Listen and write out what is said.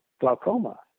glaucoma